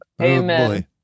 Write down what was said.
Amen